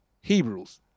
Hebrews